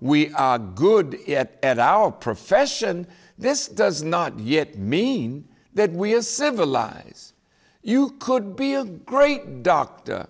we are good at our profession this does not yet mean that we're civilize you could be a great doctor